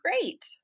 Great